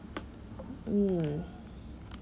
mm